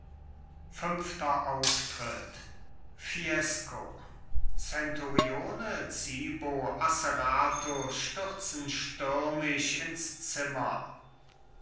fünfter auftritt fiesco zenturione zibo asserato stürzen stürmisch ins zimmer